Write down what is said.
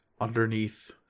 underneath